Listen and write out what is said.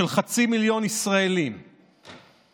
של חצי מיליון ישראלים שעתידם,